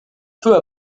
peu